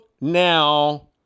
now